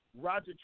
Roger